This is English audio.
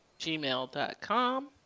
gmail.com